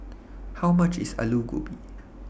How much IS Aloo Gobi